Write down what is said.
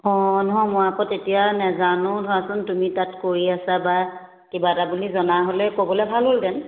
অঁ নহয় মই আকৌ তেতিয়া নেজানো ধৰাচোন তুমি তাত কৰি আছা বা কিবা এটা বুলি জনা হ'লে ক'বলে ভাল হ'লহেঁতেন